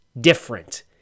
different